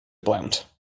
blount